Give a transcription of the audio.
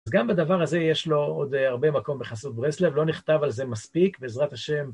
אז גם בדבר הזה יש לו עוד הרבה מקום בחסות ברסלב, לא נכתב על זה מספיק, בעזרת השם.